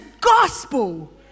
gospel